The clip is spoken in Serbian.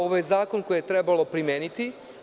Ovo je zakon koji treba primeniti.